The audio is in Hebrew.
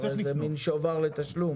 הרי זה מין שובר לתשלום?